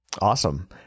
Awesome